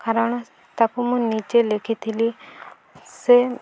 କାରଣ ତାକୁ ମୁଁ ନିଜେ ଲେଖିଥିଲି ସେ